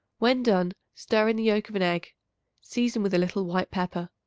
when done, stir in the yolk of an egg season with a little white pepper.